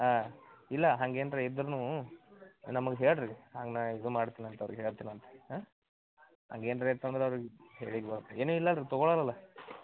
ಹಾಂ ಇಲ್ಲ ಹಂಗೇನರ ಇದ್ದರೂನು ನಮಗೆ ಹೇಳಿರಿ ಹಂಗೆ ನಾ ಇದು ಮಾಡ್ತಿನಂತೆ ಅವ್ರಿಗೆ ಹೇಳ್ತಿನಂತೆ ಹಾಂ ಹಾಗೆನರ ಇತ್ತು ಅಂದ್ರೆ ಅವ್ರಗೆ ಹೇಳ್ಲಿಕ್ಕೆ ಏನು ಇಲ್ಲ ಅಲ್ಲ ರಿ ತಗೊಳಲ್ಲಲ್ಲ